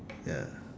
ya